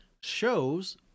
shows